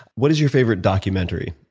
what is your favorite documentary,